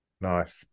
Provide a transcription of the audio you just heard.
nice